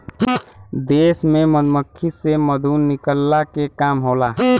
देश में मधुमक्खी से मधु निकलला के काम होला